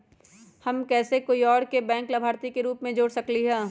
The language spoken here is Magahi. हम कैसे कोई और के बैंक लाभार्थी के रूप में जोर सकली ह?